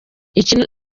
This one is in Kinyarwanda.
iki